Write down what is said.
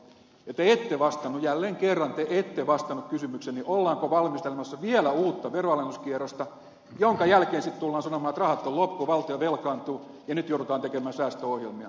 ja te ette vastannut jälleen kerran te ette vastannut kysymykseeni ollaanko valmistelemassa vielä uutta veronalennuskierrosta jonka jälkeen sitten tullaan sanomaan että rahat ovat loppu valtio velkaantuu ja nyt joudutaan tekemään säästöohjelmia